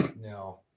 No